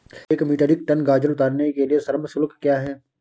एक metric ton गाजर उतारने के लिए श्रम शुल्क क्या है?